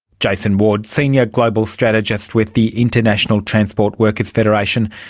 jason ward, senior global strategist with the international transport workers' federation,